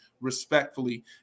respectfully